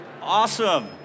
Awesome